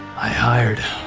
i hired.